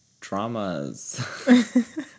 dramas